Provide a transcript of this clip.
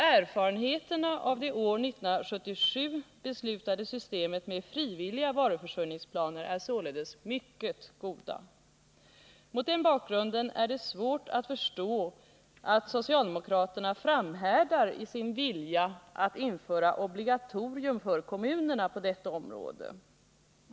Erfarenheterna av det år 1977 beslutade systemet med frivilliga varuförsörjningsplaner är således mycket goda. Mot den bakgrunden är det svårt att förstå att socialdemokraterna framhärdar i sin vilja att införa obligatorium för kommunerna på detta område.